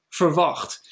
verwacht